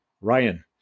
Ryan